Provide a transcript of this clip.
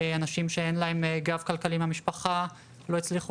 יש אנשים שאין להם גב כלכלי מהמשפחה והם לא הצליחו